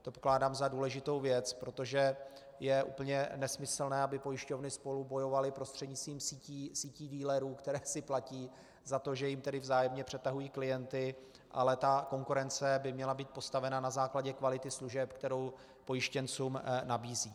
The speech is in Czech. To pokládám za důležitou věc, protože je úplně nesmyslné, aby spolu pojišťovny bojovaly prostřednictvím sítí dealerů, které si platí za to, že jim tady vzájemně přetahují klienty, ale konkurence by měla být postavena na základě kvality služeb, kterou pojištěncům nabízí.